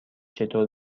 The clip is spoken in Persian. چطور